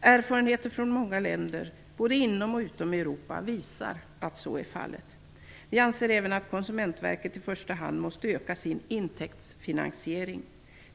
Erfarenheter från många länder både inom och utom Europa visar att så är fallet. Vi anser även att Konsumentverket i första hand måste öka sin intäktsfinansiering.